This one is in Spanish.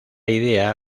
idea